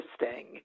interesting